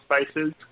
spices